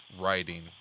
writing